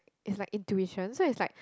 is like intuition so is like